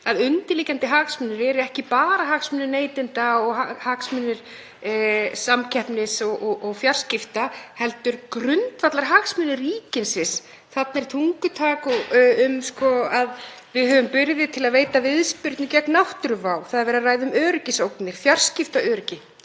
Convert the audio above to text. að undirliggjandi hagsmunir eru ekki bara hagsmunir neytenda og hagsmunir samkeppni og fjarskipta heldur grundvallarhagsmunir ríkisins. Þarna er tungutak um að við höfum burði til að veita viðspyrnu gegn náttúruvá. Það er verið að ræða um öryggisógnir, fjarskiptaöryggi,